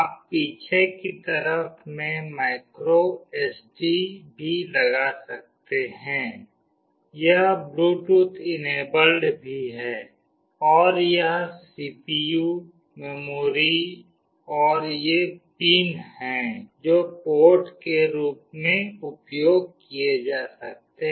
आप पीछे की तरफ में माइक्रो एसडी भी लगा सकते हैं यह ब्लूटूथ इनेबल्ड भी है और यह सीपीयू मेमोरी और ये पिन हैं जो पोर्ट के रूप में उपयोग किए जा सकते हैं